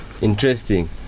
interesting